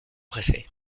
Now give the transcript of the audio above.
pressée